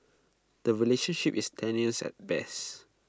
the relationship is tenuous at best